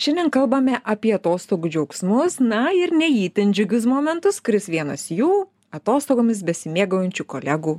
šiandien kalbame apie atostogų džiaugsmus na ir ne itin džiugius momentus vienas jų atostogomis besimėgaujančių kolegų